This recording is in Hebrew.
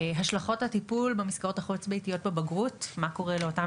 השלכות הטיפול במסגרות החוץ-ביתיות בבגרות מה קורה לאותם